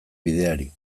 bideari